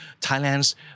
Thailand's